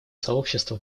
сообщества